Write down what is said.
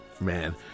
Man